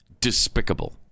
despicable